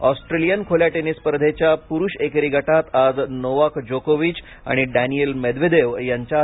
Australian खूल्या tennis स्पर्धेच्या पुरुष एकेरी गटात आज नोवाक जोकोविच आणि डॅनिल मेदवेदेव यांच्यात